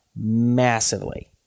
massively